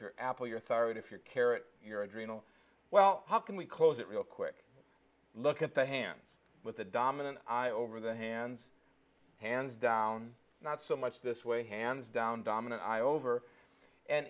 for apple your thyroid if you're carrot your adrenals well how can we close it real quick look at the hands with the dominant eye over the hands hands down not so much this way hands down dominant eye over and